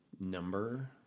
number